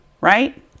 right